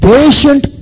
Patient